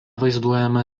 vaizduojama